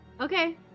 Okay